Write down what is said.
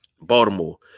Baltimore